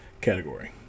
category